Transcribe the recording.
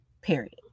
period